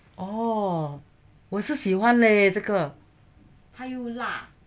哦我也是喜欢嘞这个